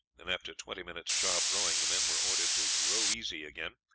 and after twenty minutes' sharp rowing, the men were ordered to row easy again,